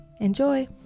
Enjoy